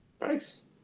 Nice